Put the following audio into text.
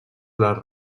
les